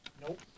Nope